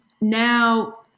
now